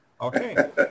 Okay